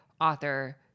author